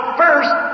first